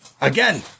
again